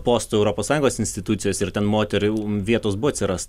posto europos sąjungos institucijos ir ten moterim vietos buvo atsirast